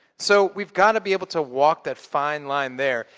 so, we've gotta be able to walk that fine line there.